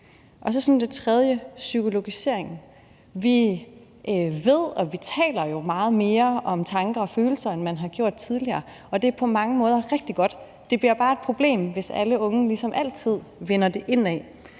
er der som det sidste psykologisering. Vi ved og vi taler jo meget mere om tanker og følelser, end man har gjort tidligere, og det er på mange måder rigtig godt. Det bliver bare et problem, hvis alle unge ligesom altid vender det indad.